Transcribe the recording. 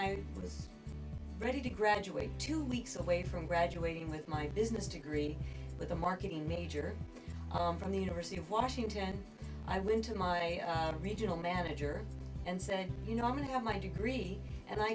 i was ready to graduate two weeks away from graduating with my business degree with a marketing major from the university of washington i went to my regional manager and said you know i'm going to get my degree and i